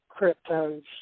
cryptos